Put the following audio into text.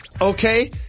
Okay